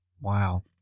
Wow